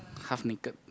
half naked